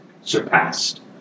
surpassed